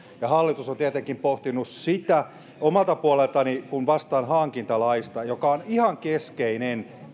hallitus on tietenkin pohtinut omalta puoleltani kun vastaan hankintalaista joka on ihan keskeinen